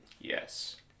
Yes